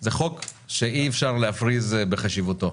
זה חוק שאי אפשר להפריז בחשיבותו.